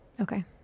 Okay